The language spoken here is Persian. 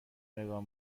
نگاه